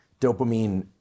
Dopamine